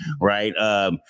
Right